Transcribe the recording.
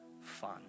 fun